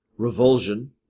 Revulsion